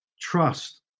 trust